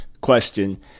question